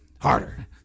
Harder